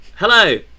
Hello